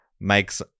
makes